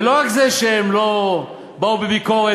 ולא רק שהם לא באו בביקורת,